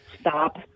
Stop